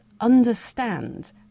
understand